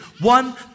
one